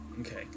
Okay